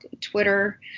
Twitter